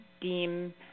deem